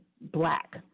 black